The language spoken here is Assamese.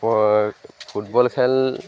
ফুটবল খেল